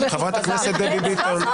מראה כמה החוק הזה מיותר,